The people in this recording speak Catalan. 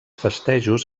festejos